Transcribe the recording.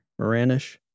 Moranish